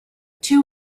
two